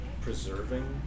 preserving